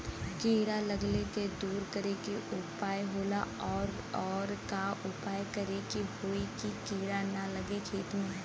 कीड़ा लगले के दूर करे के उपाय का होला और और का उपाय करें कि होयी की कीड़ा न लगे खेत मे?